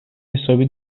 حسابی